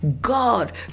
God